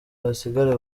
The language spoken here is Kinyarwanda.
hasigare